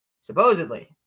Supposedly